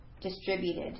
distributed